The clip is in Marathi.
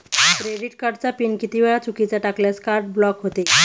क्रेडिट कार्डचा पिन किती वेळा चुकीचा टाकल्यास कार्ड ब्लॉक होते?